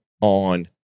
on